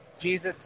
Jesus